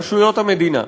רשויות המדינה.